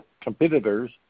competitors